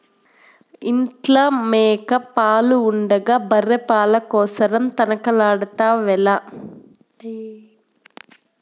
ఇంట్ల మేక పాలు ఉండగా బర్రె పాల కోసరం తనకలాడెదవేల